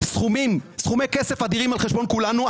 סכומי כסף אדירים על חשבון כולנו.